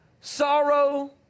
sorrow